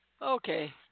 Okay